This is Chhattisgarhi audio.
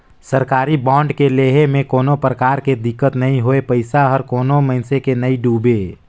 सरकारी बांड के लेहे में कोनो परकार के दिक्कत नई होए पइसा हर कोनो मइनसे के नइ डुबे